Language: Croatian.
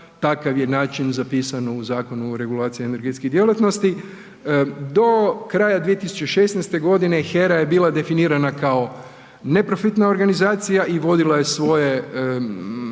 takav je način zapisan u Zakonu o regulaciji energetskih djelatnosti. Do kraja 2016. g. HERA je bila definirana kao neprofitna organizacija i vodila je svoje